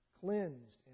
cleansed